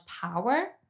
power